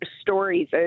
stories